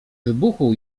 wybuchu